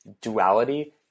duality